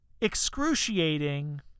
excruciating